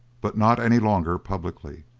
but not any longer publicly.